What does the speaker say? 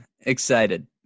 excited